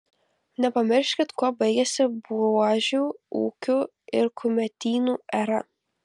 nepamirškit kuo baigėsi buožių ūkių ir kumetynų era